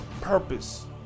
purpose